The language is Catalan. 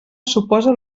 suposa